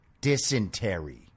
dysentery